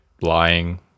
lying